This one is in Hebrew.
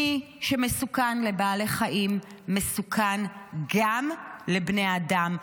מי שמסוכן לבעלי חיים מסוכן גם לבני אדם.